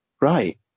Right